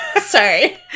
Sorry